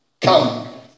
come